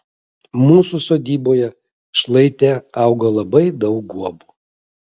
mūsų sodyboje šlaite augo labai daug guobų